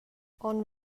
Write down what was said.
onn